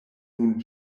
nun